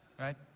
right